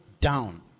down